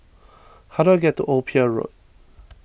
how do I get to Old Pier Road